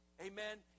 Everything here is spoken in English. Amen